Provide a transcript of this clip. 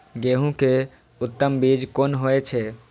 गेंहू के उत्तम बीज कोन होय छे?